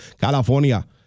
California